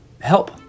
help